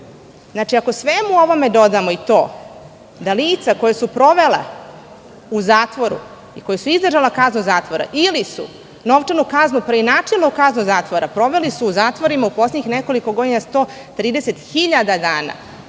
ako svemu ovome dodamo i to da lica koja su provela u zatvoru i koja su izdržala kaznu zatvora ili su novčanu kaznu preinačila u kaznu zatvora, proveli su zatvorima u poslednjih nekoliko godina 130.000 dana.